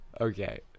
okay